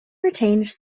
retains